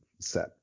set